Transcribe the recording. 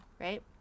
right